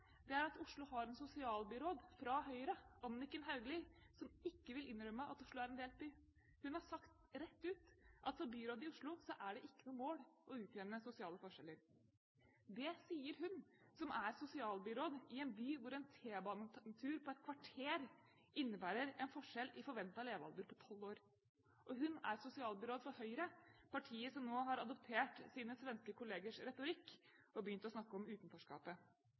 her er at Oslo har en sosialbyråd fra Høyre, Anniken Hauglie, som ikke vil innrømme at Oslo er en delt by. Hun har sagt rett ut at for Byrådet i Oslo er det ikke noe mål å utjevne sosiale forskjeller. Det sier hun, som er sosialbyråd i en by hvor en T-banetur på et kvarter innebærer en forskjell i forventet levealder på tolv år. Og hun er sosialbyråd for Høyre, partiet som nå har adoptert sine svenske kollegers retorikk og begynt å snakke om utenforskapet.